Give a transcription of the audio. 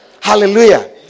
Hallelujah